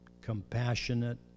compassionate